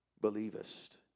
believest